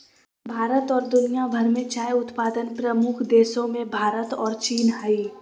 भारत और दुनिया भर में चाय उत्पादन प्रमुख देशों मेंभारत और चीन हइ